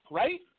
right